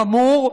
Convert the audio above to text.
חמור,